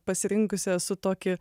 pasirinkusi esu tokį